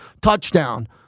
touchdown